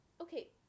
Okay